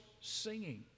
singing